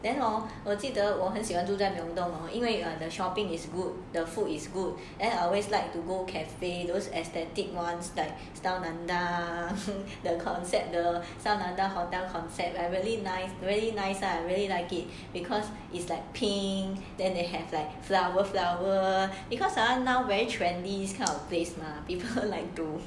then hor 我记得我很喜欢住在 hor 因为 the shopping is good the food is good and I always like to go cafe those aesthetic ones like style nanda the concept the style nanda hotel concept is really nice really nice lah really like it because it's like pink then they have like flower flower because you are now very trendy kind of place lah people like to